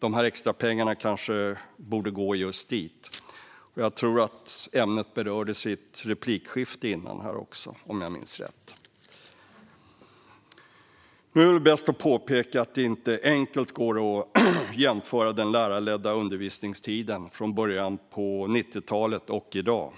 Dessa extrapengar kanske borde gå just dit. Om jag minns rätt berördes ämnet i ett replikskifte här innan också. Nu är det väl bäst att påpeka att det inte enkelt går att jämföra den lärarledda undervisningstiden i början av 90-talet med den i dag.